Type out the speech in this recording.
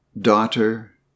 Daughter